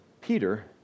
Peter